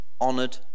honored